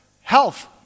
Health